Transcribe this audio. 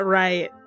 right